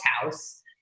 house